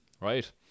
right